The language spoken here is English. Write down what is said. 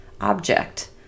object